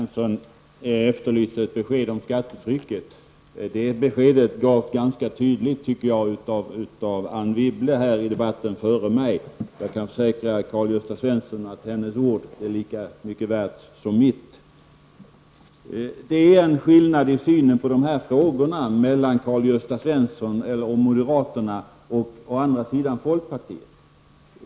Fru talman! Karl-Gösta Svenson efterlyste ett besked om skattetrycket. Jag tycker att detta besked gavs ganska tydligt av Anne Wibble här i debatten före mig. Jag kan försäkra Karl-Gösta Svenson om att hennes ord är lika mycket värt som mitt. Det finns en skillnad i synen på dessa frågor mellan Karl-Gösta Svenson och moderaterna å ena sidan och folkpartiet å andra sidan.